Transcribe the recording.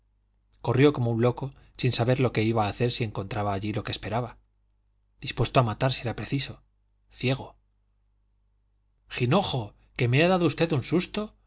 corrió como un loco sin saber lo que iba a hacer si encontraba allí lo que esperaba dispuesto a matar si era preciso ciego jinojo que me ha dado usted un susto